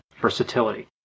versatility